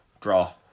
draw